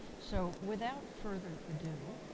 so without further ado,